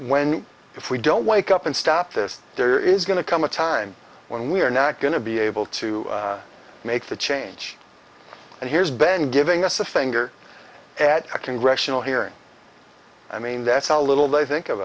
when if we don't wake up and stop this there is going to come a time when we are not going to be able to make the change and here's ben giving us a finger at a congressional hearing i mean that's how little they think of